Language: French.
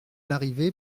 larrivé